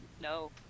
No